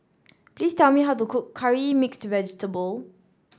please tell me how to cook Curry Mixed Vegetable